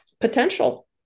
potential